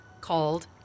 called